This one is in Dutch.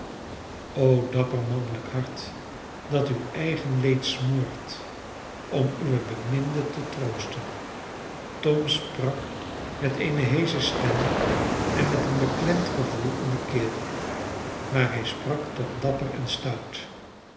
o dapper mannelijk hart dat uw eigen leed smoort om uwe beminden te troosten tom sprak met eene heesche stem en met een beklemd gevoel in de keel maar hij sprak toch dapper en stout